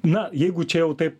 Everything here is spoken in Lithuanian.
na jeigu čia jau taip